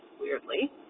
weirdly